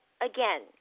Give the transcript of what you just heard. again